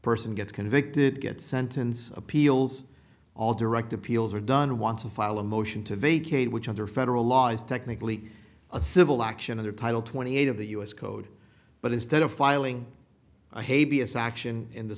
person gets convicted gets sentence appeals all direct appeals are done want to file a motion to vacate which under federal law is technically a civil action either title twenty eight of the u s code but instead of filing a hate b s action in th